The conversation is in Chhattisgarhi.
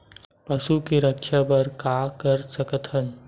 पशु के रक्षा बर का कर सकत हन?